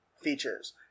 features